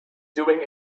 doing